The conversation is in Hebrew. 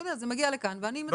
זה מגיע לכאן, ואני מחליטה.